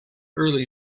early